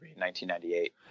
1998